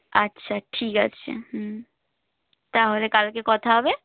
আচ্ছা ঠিক আছে হুম তাহলে কালকে কথা হবে